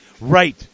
Right